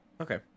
Okay